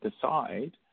decide